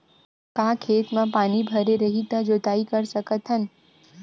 का खेत म पानी भरे रही त जोताई कर सकत हन?